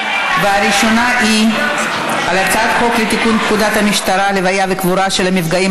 הראשונה היא על הצעת חוק לתיקון פקודת המשטרה (לוויה וקבורה של מפגעים),